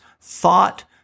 thought